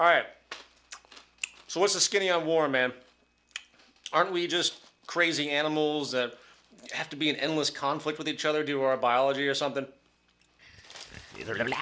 all right so what's the skinny on war man aren't we just crazy animals that have to be an endless conflict with each other do our biology or something if they're go